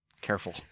Careful